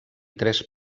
tres